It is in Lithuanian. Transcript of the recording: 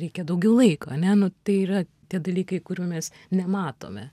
reikia daugiau laiko a ne nu tai yra tie dalykai kurių mes nematome